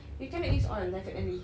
you cannot use all definitely